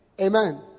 Amen